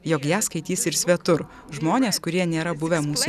jog ją skaitys ir svetur žmonės kurie nėra buvę mūsų